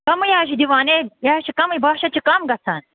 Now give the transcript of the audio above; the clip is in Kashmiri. کمٕے حظ چھِ دِوان ہے یہِ حظ چھُ کمٕے باہ شتھ چھُ کم گَژھان